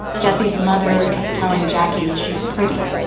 jessie's mother kept telling jacquie she's pretty.